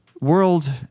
world